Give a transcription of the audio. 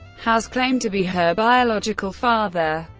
has claimed to be her biological father.